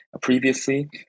previously